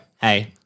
hey